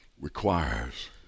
requires